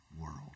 world